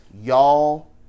Y'all